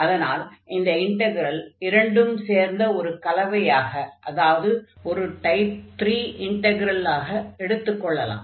அதனால் இந்த இன்டக்ரல் இரண்டும் சேர்ந்த ஒரு கலவையாக அதாவது ஒரு டைப் 3 இன்டக்ரலாக எடுத்துக் கொள்ளலாம்